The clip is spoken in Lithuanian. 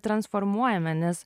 transformuojame nes